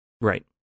Right